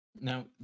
Now